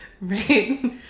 right